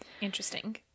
Interesting